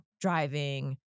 driving